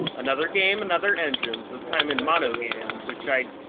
another game, another engine, this time in monogame, which i.